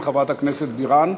חברת הכנסת בירן,